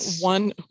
one